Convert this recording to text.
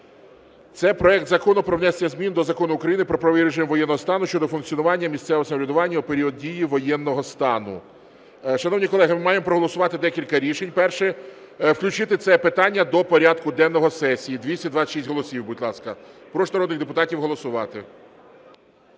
Це проект Закону про внесення змін до Закону України "Про правовий режим воєнного стану" щодо функціонування місцевого самоврядування у період дії воєнного стану. Шановні колеги, ми маємо проголосувати декілька рішень. Перше – включити це питання до порядку денного сесії і 226 голосів, будь ласка. Прошу народних депутатів голосувати.